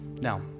Now